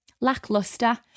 lackluster